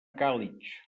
càlig